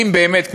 אם באמת,